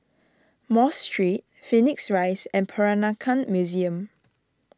Mosque Street Phoenix Rise and Peranakan Museum